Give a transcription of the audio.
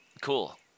Cool